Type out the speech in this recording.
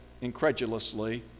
incredulously